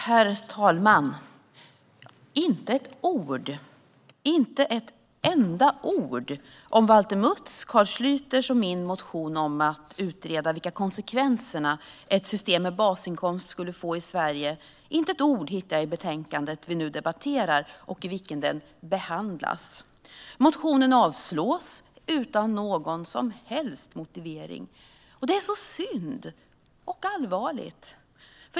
Herr talman! Inte ett ord, inte ett enda ord om Valter Mutts, Carl Schlyters och min motion om att utreda vilka konsekvenser ett system med basinkomst skulle få i Sverige hittar jag i betänkandet vi nu debatterar och i vilket motionen så att säga behandlas. Motionen avslås, utan någon som helst motivering. Det är synd - och allvarligt.